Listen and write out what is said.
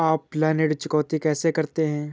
Offline ऋण चुकौती कैसे करते हैं?